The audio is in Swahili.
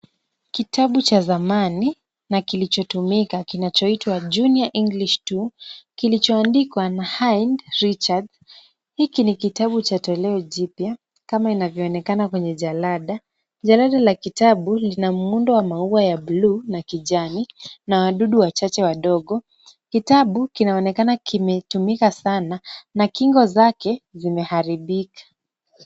Kitabu cha zamani na kilichotumika, kinachoitwa, Junior English 2, kilichoandikwa na Hynd Richard. Hiki ni kitabu cha toleo jipya, kama inavyoonekana kwenye jalada . Jalada la kitabu lina muundo wa maua ya blue na kijani na wadudu wachache wadogo. Kitabu kinaonekana kimetumika sana na kingo zake zimeharibika.